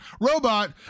robot